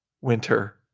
Winter